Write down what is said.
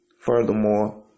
Furthermore